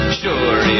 sure